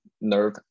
nerve